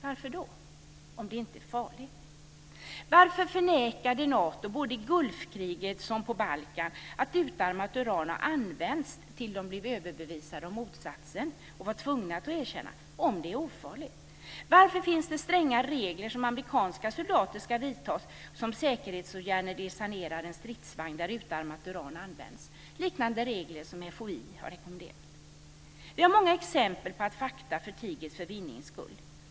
Varför, om det inte är farligt? Varför förnekade Nato både i Gulfkriget och på Balkan att utarmat uran hade använts tills de blev överbevisade om motsatsen och var tvungna att erkänna det om det är ofarligt? Varför finns det stränga regler som amerikanska soldater ska följa som säkerhetsåtgärder när de sanerar en stridsvagn där utarmat uran använts, liknande regler som FOI har rekommenderat? Vi har många exempel på att fakta förtigits för vinnings skull.